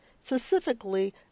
specifically